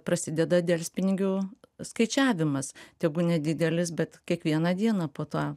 prasideda delspinigių skaičiavimas tegu nedidelis bet kiekvieną dieną po tą